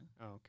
okay